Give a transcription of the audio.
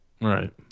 right